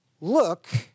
Look